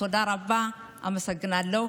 תודה רבה, אמסגנלהו.